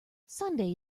sunday